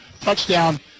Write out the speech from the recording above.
touchdown